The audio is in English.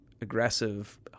aggressive